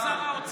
הינה שר האוצר.